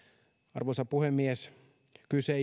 arvoisa puhemies kyse